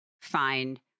find